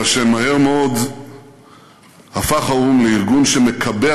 אלא שמהר מאוד הפך האו"ם לארגון שמקבע